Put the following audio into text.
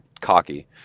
cocky